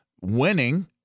winning